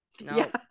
No